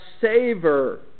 savor